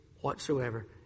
whatsoever